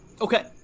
Okay